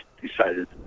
decided